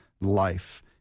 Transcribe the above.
life